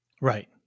Right